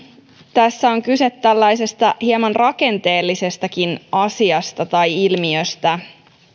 tässä on kyse tällaisesta hieman rakenteellisestakin asiasta tai ilmiöstä